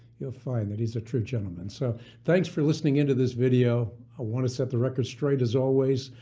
you'll find that he's a true gentleman. so thanks for listening in to this video. i want to set the record straight as always.